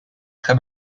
très